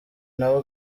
nawe